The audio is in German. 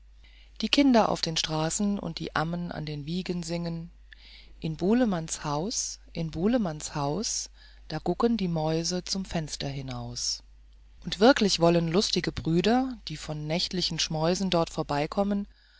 die kinder auf den straßen und die ammen an der wiege singen in bulemanns haus in bulemanns haus da gucken die mäuse zum fenster hinaus und wirklich wollen lustige brüder die von nächtlichen schmäusen dort